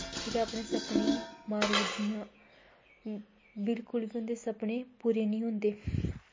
जेह्ड़ियां अपने सपने गी मारी ओड़दियां बिल्कुल बी उं'दे सपने पूरे निं होंदे